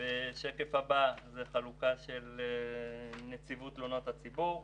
שקף מס' 8 נציבות תלונות הציבור: